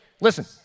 listen